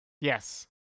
Yes